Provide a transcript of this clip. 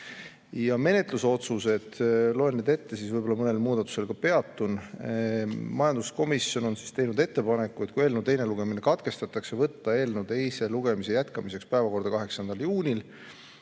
Menetlusotsused. Loen need ette ja võib-olla mõnel muudatusettepanekul ka peatun. Majanduskomisjon on teinud ettepaneku, et kui eelnõu teine lugemine katkestatakse, võtta eelnõu teise lugemise jätkamiseks päevakorda 8. juunil